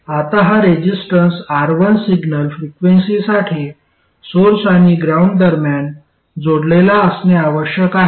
आता हा resistance R1 signal फ्रिक्वेन्सीसाठी सोर्स आणि ग्राउंड दरम्यान जोडलेला असणे आवश्यक आहे